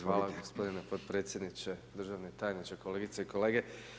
Hvala gospodine potpredsjedniče, državni tajniče, kolegice i kolege.